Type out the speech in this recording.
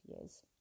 years